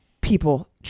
people